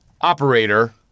Operator